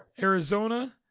Arizona